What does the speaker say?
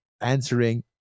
answering